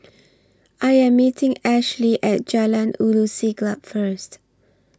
I Am meeting Ashley At Jalan Ulu Siglap First